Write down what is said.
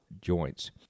joints